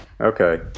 Okay